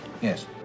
Yes